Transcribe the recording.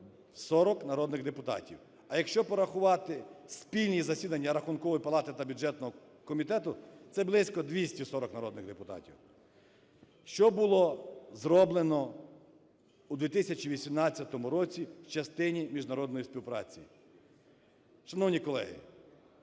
40 народних депутатів. А якщо порахувати спільні засідання Рахункової палати та бюджетного комітету, це близько 240 народних депутатів. Що було зроблено у 2018 році в частині міжнародної співпраці? Шановні колеги,